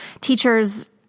teachers